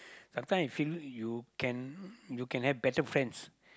sometime I feel you can you can have better friends